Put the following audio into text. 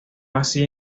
así